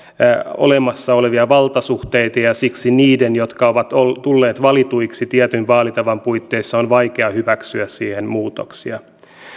olemassa olevia valtasuhteita ja siksi niiden jotka ovat tulleet valituiksi tietyn vaalitavan puitteissa on vaikea hyväksyä siihen muutoksia